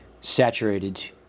saturated